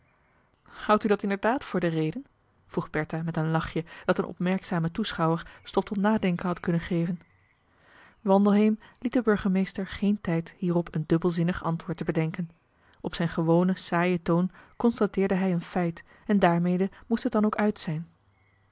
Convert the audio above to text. houdt u dat inderdaad voor de reden vroeg bertha met een lachje dat een opmerkzamen toeschouwer stof tot nadenken had kunnen geven wandelheem liet den burgemeester geen tijd hierop een dubbelzinnig antwoord te bedenken op zijn gemarcellus emants een drietal novellen wonen saaien toon constateerde hij een feit en daarmede moest het dan ook uit zijn